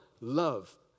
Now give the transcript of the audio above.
love